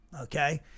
okay